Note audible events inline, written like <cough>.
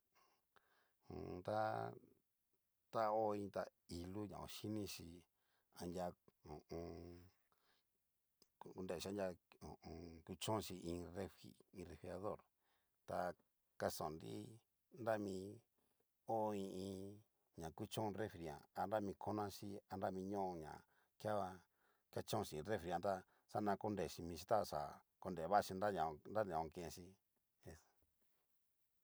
<hesitation> ta ta'o iin tá'i lu ña koshinixi adra ho o on. konrechi anria ho o on. kucbhonxi iin refri iin refrijirador, ta kaston'nri nami ho i iin ña kuchon refrijan nami nonaxhi a nami ñoo na nunguan kichón xin refrijan ta xana korexi michi ta oxa konrevaxi naña okenxi eso.